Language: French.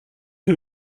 que